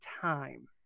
time